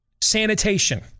sanitation